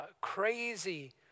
crazy